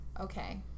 Okay